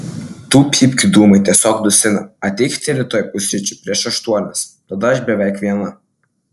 tų pypkių dūmai tiesiog dusina ateikite rytoj pusryčių prieš aštuonias tada aš beveik viena